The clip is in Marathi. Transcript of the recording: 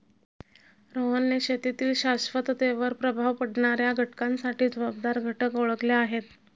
रोहनने शेतीतील शाश्वततेवर प्रभाव पाडणाऱ्या घटकांसाठी जबाबदार घटक ओळखले आहेत